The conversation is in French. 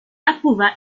approuva